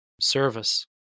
service